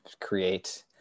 create